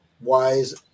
wise